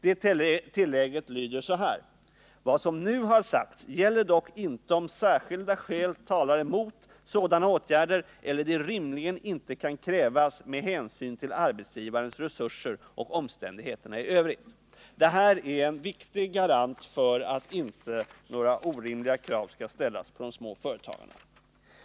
Det tillägget lyder så här: ”Vad som nu har sagts gäller dock inte om särskilda skäl talar emot sådana åtgärder eller de rimligen inte kan krävas med hänsyn till arbetsgivarens resurser och omständigheterna i övrigt.” Detta är en viktig garanti för att inte några orimliga krav skall ställas på de små företagen.